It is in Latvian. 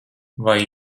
vai